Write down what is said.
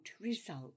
result